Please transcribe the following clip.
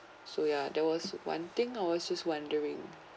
so ya there was one thing I was just wondering